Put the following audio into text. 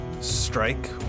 strike